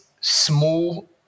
small